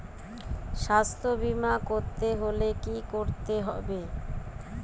স্বাস্থ্যবীমা করতে হলে কি করতে হবে?